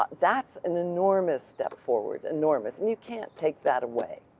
but that's an enormous step forward, enormous and you can't take that away.